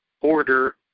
order